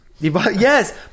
Yes